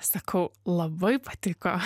sakau labai patiko